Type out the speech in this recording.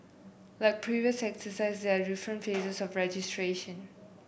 like previous exercises there are different phases of registration